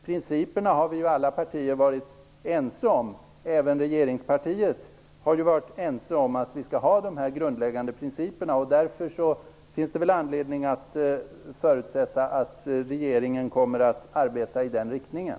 Vi har ju i alla partier, även i regeringspartiet, varit ense om att vi skall ha de här grundläggande principerna. Därför finns det anledning att förutsätta att regeringen kommer att arbeta i den riktningen.